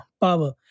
power